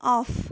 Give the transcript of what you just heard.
off